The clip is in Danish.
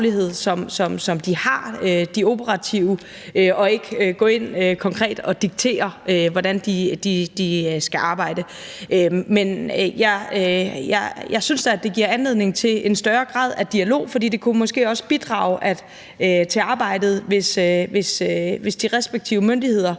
myndigheder har, og ikke gå ind og konkret diktere, hvordan de skal arbejde. Men jeg synes da, det giver anledning til en større grad af dialog, for det kunne måske også bidrage til arbejdet, hvis de respektive myndigheder